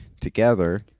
Together